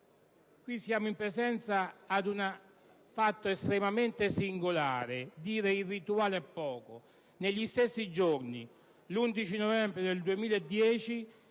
Siamo in presenza di un fatto estremamente singolare (dire irrituale è poco): negli stessi giorni, l'11 novembre 2010,